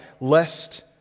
lest